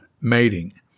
mating